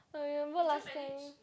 I remember last time